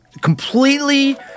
completely